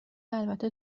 البته